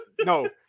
No